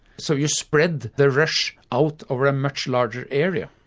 so you spread the rush out over a much larger area.